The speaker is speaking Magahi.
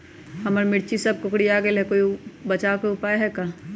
हमर मिर्ची सब कोकररिया गेल कोई बचाव के उपाय है का?